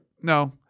no